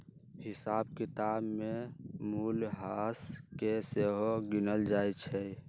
हिसाब किताब में मूल्यह्रास के सेहो गिनल जाइ छइ